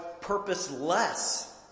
purposeless